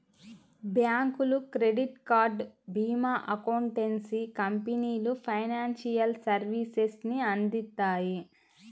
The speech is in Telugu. బ్యాంకులు, క్రెడిట్ కార్డ్, భీమా, అకౌంటెన్సీ కంపెనీలు ఫైనాన్షియల్ సర్వీసెస్ ని అందిత్తాయి